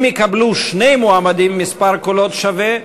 אם יקבלו שני מועמדים מספר קולות שווה,